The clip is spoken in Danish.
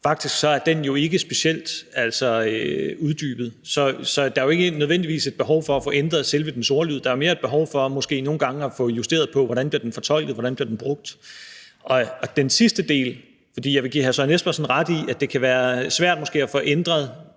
Faktisk er den jo altså ikke specielt uddybende, så der er ikke nødvendigvis et behov for at få ændret selve dens ordlyd. Der er mere et behov for måske nogle gange at få justeret, hvordan den bliver fortolket, og hvordan den bliver brugt. Jeg vil give hr. Søren Espersen ret i, at det måske kan være svært at få ændret